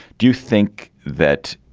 do you think that